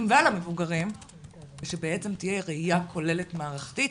ועל המבוגרים ושבעצם תהיה ראייה כוללת מערכתית.